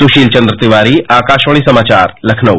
सुशील चन्द्र तिवारी आकाशवाणी समाचार लखनऊ